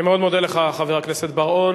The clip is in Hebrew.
אני מאוד מודה לך, חבר הכנסת בר-און.